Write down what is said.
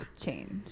change